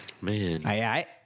Man